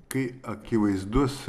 kai akivaizdus